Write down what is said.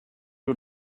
you